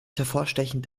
hervorstechend